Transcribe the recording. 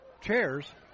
chairs